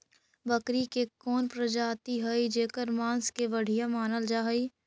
बकरी के कौन प्रजाति हई जेकर मांस के बढ़िया मानल जा हई?